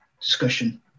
discussion